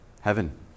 Heaven